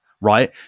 right